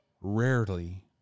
rarely